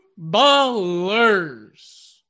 Ballers